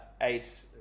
eight